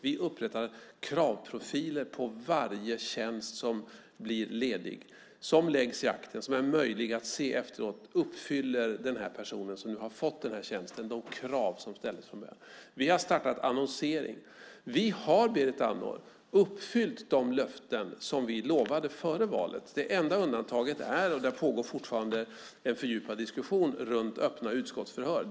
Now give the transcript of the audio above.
Vi upprättar kravprofiler på varje tjänst som blir ledig, som läggs i akten, som är möjlig att se efteråt. Man kan se om den person som fått tjänsten uppfyller de krav som ställdes från början. Vi har startat annonsering. Vi har, Berit Andnor, uppfyllt de löften som vi gick ut med före valet. Det enda undantaget är - och där pågår det fortfarande en fördjupad diskussion - det här med öppna utskottsförhör.